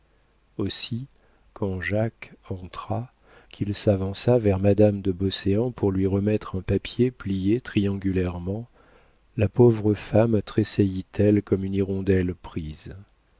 aussi quand jacques entra qu'il s'avança vers madame de beauséant pour lui remettre un papier plié triangulairement la pauvre femme tressaillit elle comme une hirondelle prise